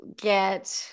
get